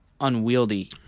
unwieldy